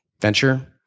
venture